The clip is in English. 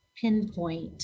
pinpoint